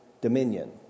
dominion